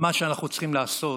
מה שאנחנו צריכים לעשות